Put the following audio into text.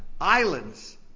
Islands